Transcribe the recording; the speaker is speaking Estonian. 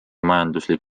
majanduslik